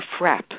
frap